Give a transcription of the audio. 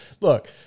Look